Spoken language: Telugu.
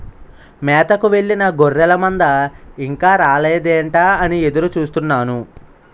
మేతకు వెళ్ళిన గొర్రెల మంద ఇంకా రాలేదేంటా అని ఎదురు చూస్తున్నాను